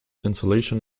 insulation